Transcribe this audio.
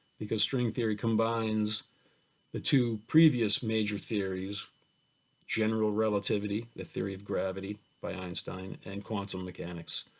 because string theory combines the two previous major theories general relativity, the theory of gravity by einstein, and quantum mechanics.